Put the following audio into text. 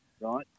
Right